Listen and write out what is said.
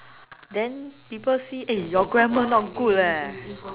then people see eh your grammar not good leh